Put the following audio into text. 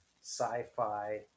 sci-fi